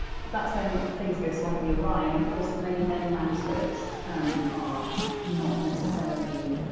that's when things go slightly awry and of course many, many manuscripts are not necessarily